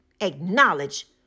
acknowledge